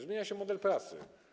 Zmienia się model pracy.